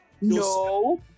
no